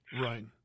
Right